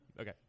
okay